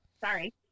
Sorry